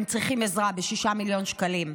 הם צריכים עזרה ב-6 מיליון שקלים.